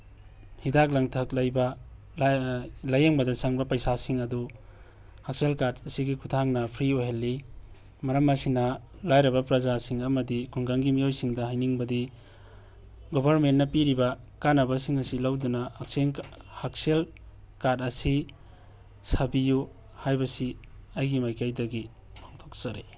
ꯍꯤꯗꯥꯛ ꯂꯥꯡꯊꯛ ꯂꯩꯕ ꯂꯥꯏꯌꯦꯡꯕꯗ ꯆꯪꯕ ꯄꯩꯁꯥꯁꯤꯡ ꯑꯗꯨ ꯍꯛꯁꯦꯜ ꯀꯥꯔꯠ ꯑꯁꯤꯒꯤ ꯈꯨꯊꯥꯡꯅ ꯐ꯭ꯔꯤ ꯑꯣꯏꯍꯜꯂꯤ ꯃꯔꯝ ꯑꯁꯤꯅ ꯂꯥꯏꯔꯕ ꯄ꯭ꯔꯖꯥꯁꯤꯡ ꯑꯃꯗꯤ ꯈꯨꯡꯒꯪꯒꯤ ꯃꯤꯑꯣꯏꯁꯤꯡꯗ ꯍꯥꯏꯅꯤꯡꯕꯗꯤ ꯒꯣꯕꯔꯃꯦꯟꯅ ꯄꯤꯔꯤꯕ ꯀꯥꯅꯕꯁꯤꯡ ꯑꯁꯤ ꯂꯧꯗꯅ ꯍꯛꯁꯦꯜ ꯀꯥꯔꯠ ꯑꯁꯤ ꯁꯥꯕꯤꯌꯨ ꯍꯥꯏꯕꯁꯤ ꯑꯩꯒꯤ ꯃꯥꯏꯀꯩꯗꯒꯤ ꯐꯣꯡꯗꯣꯛꯆꯔꯤ